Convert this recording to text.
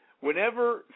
Whenever